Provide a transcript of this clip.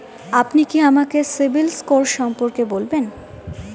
আপনি কি আমাকে সিবিল স্কোর সম্পর্কে বলবেন?